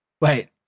wait